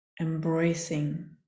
embracing